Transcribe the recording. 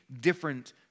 different